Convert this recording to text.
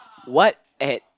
what at